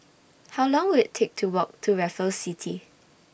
How Long Will IT Take to Walk to Raffles City